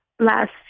Last